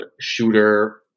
shooter